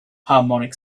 harmonic